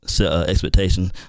expectation